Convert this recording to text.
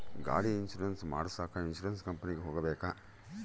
ಗಾಡಿ ಇನ್ಸುರೆನ್ಸ್ ಮಾಡಸಾಕ ಇನ್ಸುರೆನ್ಸ್ ಕಂಪನಿಗೆ ಹೋಗಬೇಕಾ?